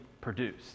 produced